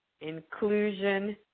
inclusion